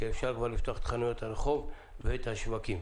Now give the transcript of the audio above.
שיהיה אפשר לפתוח את חנויות הרחוב ואת השווקים.